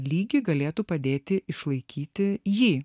lygį galėtų padėti išlaikyti jį